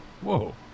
Whoa